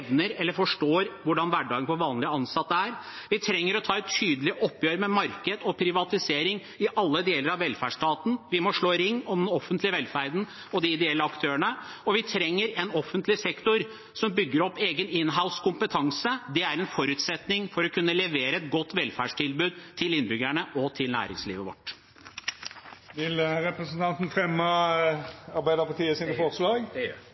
eller forstår hvordan hverdagen for vanlige ansatte er. Vi trenger å ta et tydelig oppgjør med marked og privatisering i alle deler av velferdsstaten. Vi må slå ring om den offentlige velferden og de ideelle aktørene, og vi trenger en offentlig sektor som bygger opp sin egen «in-house»-kompetanse. Det er en forutsetning for å kunne levere et godt velferdstilbud til innbyggerne og til næringslivet vårt. Vil representanten